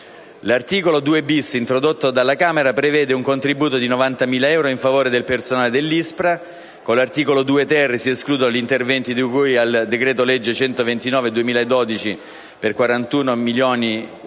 L'articolo 2-*bis*, introdotto dalla Camera, prevede un contributo di 90.000 euro in favore del personale dell'ISPRA. Con l'articolo 2-*ter,* si escludono gli interventi di cui al decreto-legge n. 129 del 2012, per 41,3 milioni di euro,